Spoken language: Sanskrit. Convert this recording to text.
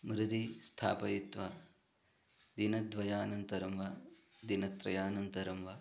मृदि स्थापयित्वा दिनद्वयानन्तरं वा दिनत्रयानन्तरं वा